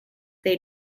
they